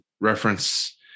reference